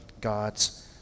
God's